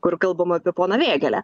kur kalbama apie poną vėgėlę